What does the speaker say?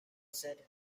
said